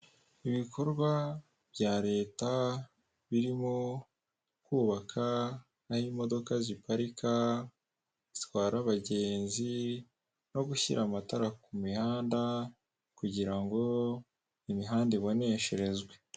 Ibikorwa bya leta birimo kubaka n'aho imodoka ziparika zitwara abagenzi no gushyira amatara ku mihanda, kugirango ngo imihanda ibonesherezwe.